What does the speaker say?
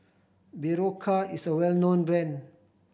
Berocca is a well known brand